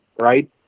right